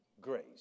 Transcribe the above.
grace